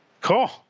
Cool